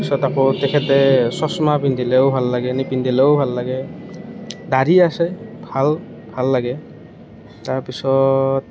তাৰপিছত আকৌ তেখেতে চছমা পিন্ধিলেও ভাল লাগে নিপিন্ধিলেও ভাল লাগে দাড়ি আছে ভাল ভাল লাগে তাৰপিছত